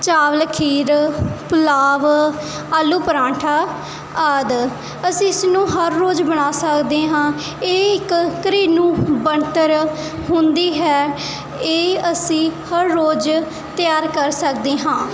ਚਾਵਲ ਖੀਰ ਪੁਲਾਬ ਆਲੂ ਪਰਾਂਠਾ ਆਦਿ ਅਸੀਂ ਇਸਨੂੰ ਹਰ ਰੋਜ਼ ਬਣਾ ਸਕਦੇ ਹਾਂ ਇਹ ਇੱਕ ਘਰੇਲੂ ਬਣਤਰ ਹੁੰਦੀ ਹੈ ਇਹ ਅਸੀਂ ਹਰ ਰੋਜ਼ ਤਿਆਰ ਕਰ ਸਕਦੇ ਹਾਂ